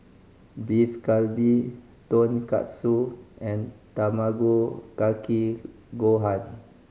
Beef Galbi Tonkatsu and Tamago Kake Gohan